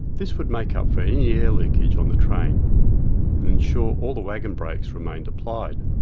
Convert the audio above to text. this would make up for any air leakage on the train and ensure all the wagon brakes remained applied.